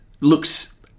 Looks